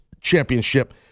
championship